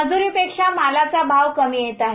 मज्रीपेक्षा मालाचा भाव कमी येत आहे